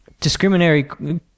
Discriminatory